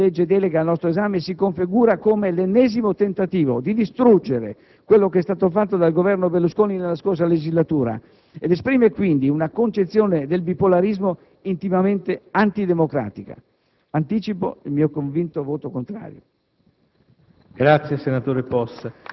Tutto sommato, il disegno di legge delega al nostro esame si configura come l'ennesimo tentativo di distruggere quello che è stato fatto dal Governo Berlusconi nella scorsa legislatura ed esprime quindi una concezione del bipolarismo intimamente antidemocratica. Anticipo il mio convinto voto contrario.